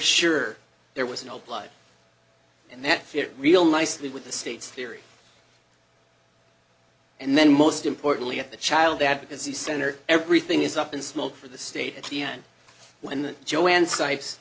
sure there was no blood and that fit real nicely with the state's theory and then most importantly at the child advocacy center everything is up in smoke for the state at the end when that joanne cites